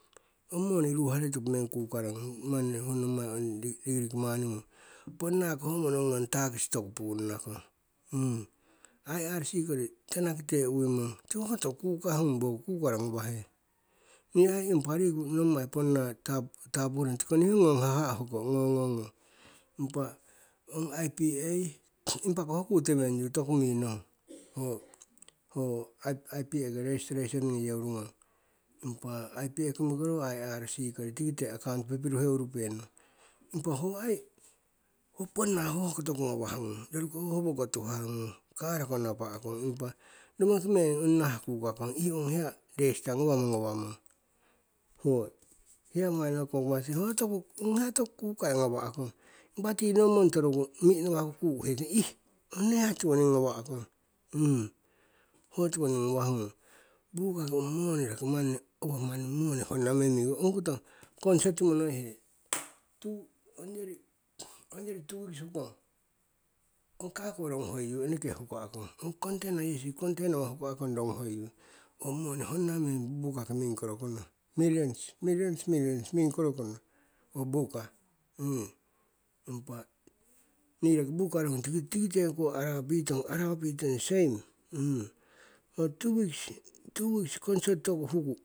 Ong moni ruharei topo meng kukarong ho nommai ong liklik man ngung, ponnako ho mono ngong tax toku punna kong, irc kori tanakite uwimong tiko hoko toku kukah ngung woko kukaro ngawahe. Nii ai impa riku nommai ponna tapuring tiko niho hoko ngong haha' hoko ngo ngo ngong ipa, impako ho kutoweng yu toku minong ipa kori registration ngoyeu rungong, impa ipa komikoroku irc kori tikite account pipiruheurupe nong. Impa ho aii ponna ho hoko toku ngawah ngung, roruki howoko tuhah ngung karako napa'kong, impa romoki meng ong nahah kukakong ih ong hewa register ngawamo ngawamong. Ong hiya toku kukai ngawa'kong impa ti no montoroku minawaku kuhetong, ih ong ne ha tiwoning ngawakong, ho tiwoning ngawah ngung. Bukaki moni roki manni, owo moni honna meng mingkoro kono, ongkoto consort monoihe ongyori two weeks hukong ong kago ronguhoiyu eneke huka'kong, ong container yesi container owo huka'kong ronguhoiyu. Owo moni honna meng mingkoro kono, millions, millions, millions bukaki mingkoro kono owo buka. impa nii roki buka roki buka nong, tikite ong koh arawa pitong, same. Ho two weeks consort toku huku.